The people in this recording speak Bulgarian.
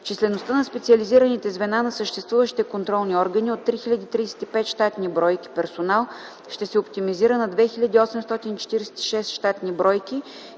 Числеността на специализираните звена на съществуващите контролни органи от 3035 щатни бройки персонал ще се оптимизира на 2846 щатни бройки,